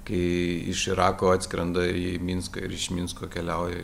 kai iš irako atskrenda į minską ir iš minsko keliauja